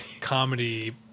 comedy